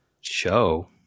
show